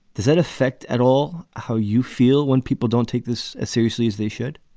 does it affect at all how you feel when people don't take this as seriously as they should?